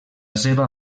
seva